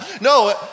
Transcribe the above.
No